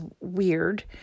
weird